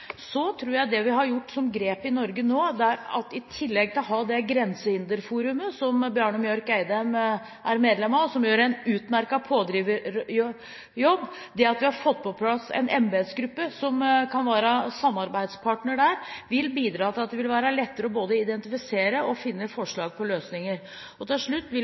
Så tror jeg det grepet vi har gjort i Norge nå – at vi i tillegg til å ha det grensehinderforumet som Bjarne Mørk-Eidem er medlem av, og som gjør en utmerket pådriverjobb med å få på plass en embetsgruppe som kan være samarbeidspartner der – vil bidra til at det vil være lettere å både identifisere og finne forslag til løsninger. Til slutt vil